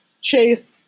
chase